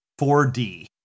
4D